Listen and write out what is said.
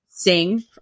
sing